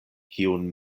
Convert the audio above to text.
kiun